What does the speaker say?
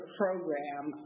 program